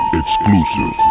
exclusive